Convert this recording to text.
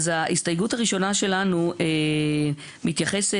ההסתייגות הראשונה שלנו מתייחסת